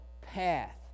path